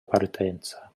partenza